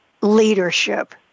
leadership